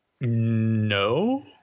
No